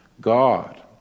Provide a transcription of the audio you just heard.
God